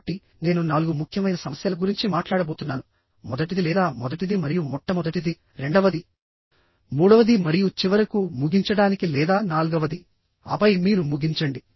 కాబట్టి నేను నాలుగు ముఖ్యమైన సమస్యల గురించి మాట్లాడబోతున్నాను మొదటిది లేదా మొదటిది మరియు మొట్టమొదటిది రెండవది మూడవది మరియు చివరకు ముగించడానికి లేదా నాల్గవది ఆపై మీరు ముగించండి